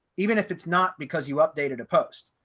even if it's not because you updated a post,